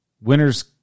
winners